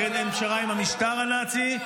לכן אין פשרה עם המשטר הנאצי.